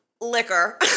liquor